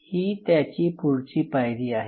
ही त्याची पुढची पायरी आहे